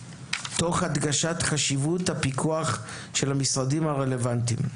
תוך הדגשת חשיבות הפיקוח של המשרדים הרלוונטיים.